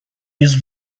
use